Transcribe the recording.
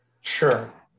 Sure